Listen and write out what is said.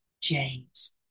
James